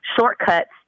shortcuts